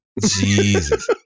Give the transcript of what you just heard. Jesus